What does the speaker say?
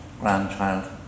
grandchild